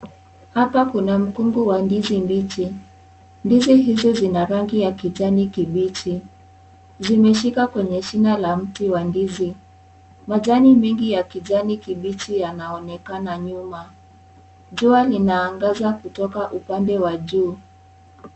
Hapa kuna mkungu wa ndizi mbichi ,ndizi hizi zina rangi ya kijani kibichi zimeshika kwenye shina la mti majani mengi ya kijani kibichi yanaonekana nyuma jua linaangaza upande wa juu.